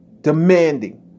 demanding